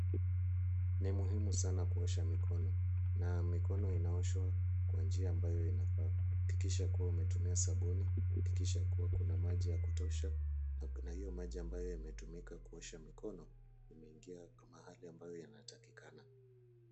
Ni muhumu sana kuosha mikono na mikoo inaoshwa kwa njia ambayo inafaa. Hakikisha kuwa umetumia sabuni. Hakikisha kuwa kuna maji ya kutosha na kuna hiyo maji ambayo imetumika kuosha mikono, imeingia mahali ambayo inatakikana.